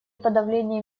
подавлении